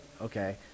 okay